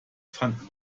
fand